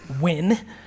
win